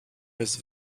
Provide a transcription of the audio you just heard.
his